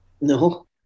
no